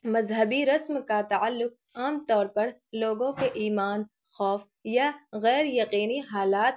مذہبی رسم کا تعلق عام طور پر لوگوں کے ایمان خوف یا غیر یقینی حالات